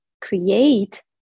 create